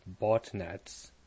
botnets